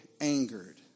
angered